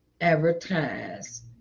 advertise